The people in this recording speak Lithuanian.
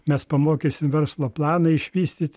mes pamokysim verslo planą išvystyti